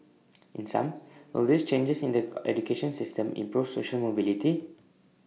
in sum will these changes in the education system improve social mobility